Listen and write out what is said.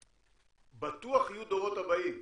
בטוח יהיו דורות הבאים,